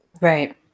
Right